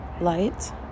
light